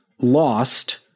lost